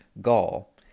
Gaul